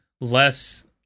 less